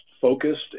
focused